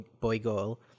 boy-girl